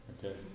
Okay